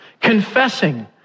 Confessing